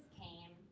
came